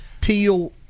teal